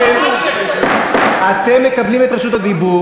אני עכשיו מבקש, אתם מקבלים את רשות הדיבור,